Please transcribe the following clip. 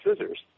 scissors